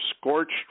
scorched